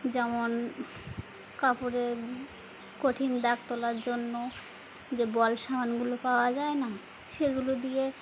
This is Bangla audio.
যেমন কাপড়ের কঠিন দাগ তোলার জন্য যে বল সাবানগুলো পাওয়া যায় না সেগুলো দিয়ে